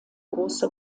große